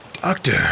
Doctor